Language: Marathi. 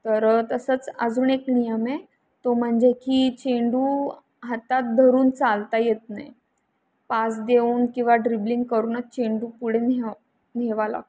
तर तसंच अजून एक नियम आहे तो म्हणजे की चेंडू हातात धरून चालता येत नाही पास देऊन किंवा ड्रिबलिंग करूनच चेंडू पुढे न्यावा न्यावा लागतो